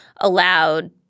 allowed